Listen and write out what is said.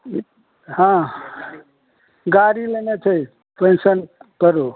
ई हँ गाड़ी लेनाइ छै पैशन प्रो